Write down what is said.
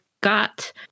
got